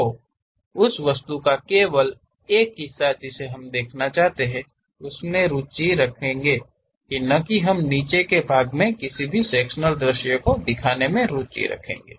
तो उस वस्तु का केवल एक हिस्सा जिसे हम दिखाना चाहते हैं उसमे रुचि रखेंगे न की हम नीचे के भाग में किसी भी सेक्शनल दृश्य को दिखाने में रुचि रखेंगे